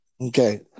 Okay